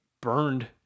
burned